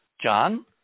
John